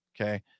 okay